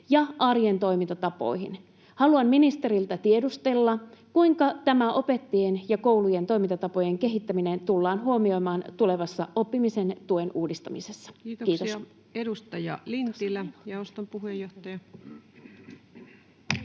ja arjen toimintatapoihin. Haluan ministeriltä tiedustella: kuinka tämä opettajien ja koulujen toimintatapojen kehittäminen tullaan huomioimaan tulevassa oppimisen tuen uudistamisessa? — Kiitos.